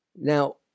Now